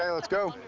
yeah let's go.